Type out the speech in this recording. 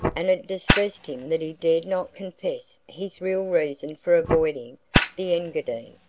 and it distressed him that he dared not confess his real reason for avoiding the engadine.